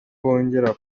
bongera